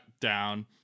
down